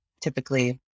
typically